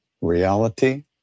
reality